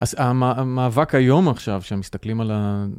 אז המאבק היום עכשיו, כשמסתכלים על ה...